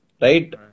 Right